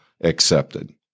accepted